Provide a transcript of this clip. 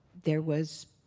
there was